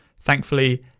Thankfully